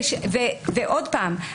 ועוד פעם,